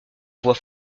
voix